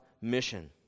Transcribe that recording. mission